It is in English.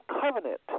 covenant